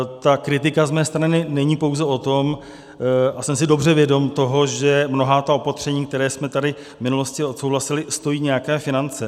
Ta kritika z mé strany není pouze o tom a jsem si dobře vědom toho, že mnohá ta opatření, která jsme tady v minulosti odsouhlasili, stojí nějaké finance.